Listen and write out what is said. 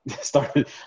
started